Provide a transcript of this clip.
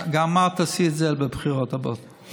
גם את תעשי את זה בבחירות הבאות.